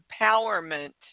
empowerment